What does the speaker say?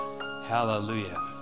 Hallelujah